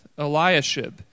Eliashib